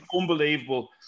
Unbelievable